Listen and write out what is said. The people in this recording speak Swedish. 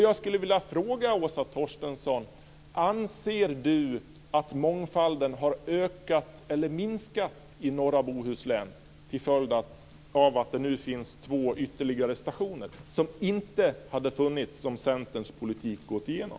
Jag skulle vilja fråga: Anser Åsa Torstensson att mångfalden har ökat eller minskat i norra Bohuslän till följd av att det nu finns två ytterligare stationer - som inte hade funnits om Centerns politik gått igenom?